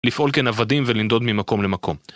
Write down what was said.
לפעול כנוודים ולנדוד ממקום למקום.